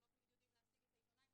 ולא תמיד יודעים להשיג את העיתונאי,